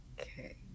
Okay